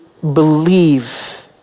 believe